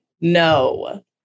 no